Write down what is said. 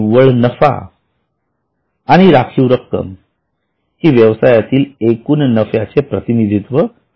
निव्वळ नफा आणि राखीव रक्कम हि व्यवसायातील एकूण नफ्याचे प्रतिनिधित्व करतात